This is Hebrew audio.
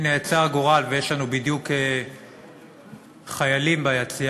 הנה, רצה הגורל ויש לנו בדיוק חיילים ביציע.